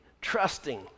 trusting